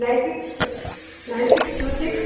nine six two nine six two six